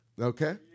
Okay